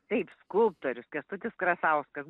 taip skulptorius kęstutis krasauskas